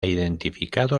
identificado